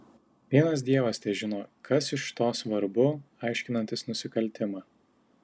vienas dievas težino kas iš to svarbu aiškinantis nusikaltimą